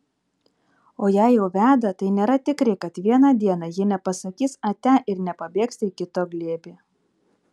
o jei jau veda tai nėra tikri kad vieną dieną ji nepasakys atia ir nepabėgs į kito glėbį